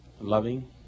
loving